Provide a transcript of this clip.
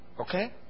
okay